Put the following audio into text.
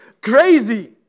crazy